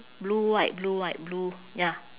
blue white blue white blue ya